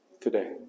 today